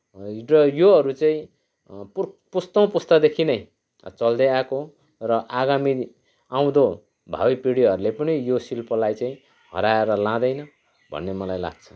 र योहरू चाहिँ पुर् पुस्तौँ पुस्तादेखि नै चल्दै आएको हो र आगामी आउँदो भावी पिँढीहरूले पनि यो शिल्पलाई चाहिँ हराएर लाँदैन भन्ने मलाई लाग्छ